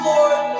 Lord